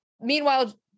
Meanwhile